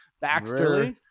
Baxter